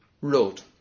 road